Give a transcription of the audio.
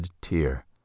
tear